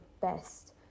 best